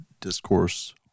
discourse